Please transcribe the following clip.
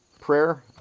prayer